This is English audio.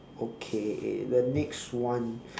okay the next one